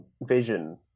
vision